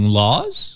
laws